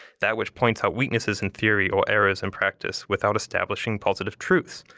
that which points out weaknesses in theory or errors in practice without establishing positive truths.